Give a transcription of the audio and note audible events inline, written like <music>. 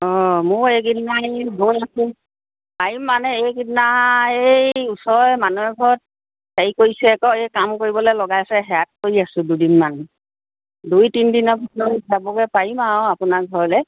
অঁ <unintelligible> আছোঁ পাৰিম মানে এইকিদিনা এই ওচৰ মানুহ এঘৰত হেৰি কৰিছে আকৌ এই কাম কৰিবলে লগাইছে হেৰাত কৰি আছোঁ দুদিনমান দুই তিনদিনৰ <unintelligible> পাৰিম আৰু আপোনাৰ ঘৰলে